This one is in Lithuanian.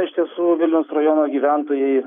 iš tiesų vilniaus rajono gyventojai